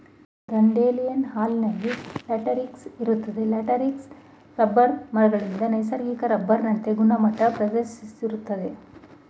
dandelion ಹಾಲಲ್ಲಿ latex ಇರ್ತದೆ latex rubber ಮರಗಳಿಂದ ನೈಸರ್ಗಿಕ ರಬ್ಬರ್ನಂತೆ ಗುಣಮಟ್ಟ ಪ್ರದರ್ಶಿಸ್ತದೆ